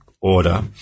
order